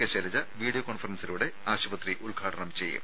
K Shailaja video കോൺഫറൻസിംഗിലൂടെ ആശുപത്രി ഉദ്ഘാടനം ചെയ്യും